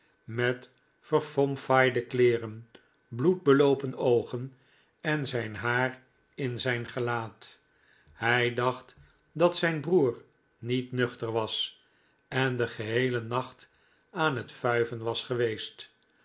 met verfomfaaide kleeren bloed beloopen oogen en zijn haar in zijn gelaat hij dacht dat zijn broer niet nuchter was en den geheelen nacht aan het fuiven was geweest